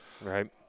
Right